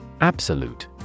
Absolute